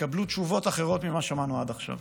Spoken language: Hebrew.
יתקבלו תשובות אחרות ממה ששמענו עד עכשיו.